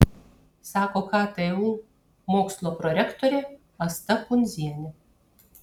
sako ktu mokslo prorektorė asta pundzienė